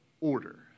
Order